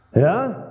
Ja